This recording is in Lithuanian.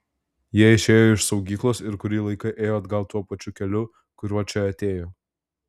jie išėjo iš saugyklos ir kurį laiką ėjo atgal tuo pačiu keliu kuriuo čia atėjo